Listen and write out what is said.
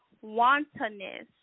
wantonness